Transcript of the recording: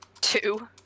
Two